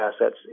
assets